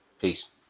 Peace